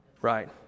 right